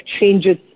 changes